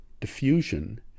diffusion